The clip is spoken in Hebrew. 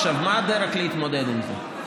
עכשיו, מה הדרך להתמודד עם זה?